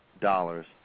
dollars